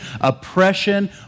oppression